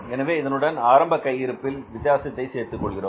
எனவே இதனுடன் ஆரம்ப கையிருப்பில் வித்தியாசத்தை சேர்த்துக் கொள்கிறோம்